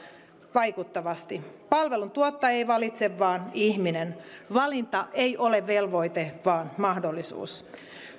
vaikuttavasti palveluntuottaja ei valitse vaan ihminen valinta ei ole velvoite vaan mahdollisuus